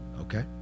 okay